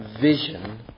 vision